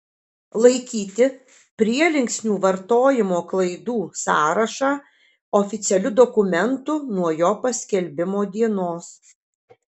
laikyti prielinksnių vartojimo klaidų sąrašą oficialiu dokumentu nuo jo paskelbimo dienos